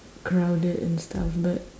crowded and stuff but